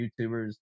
youtubers